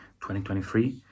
2023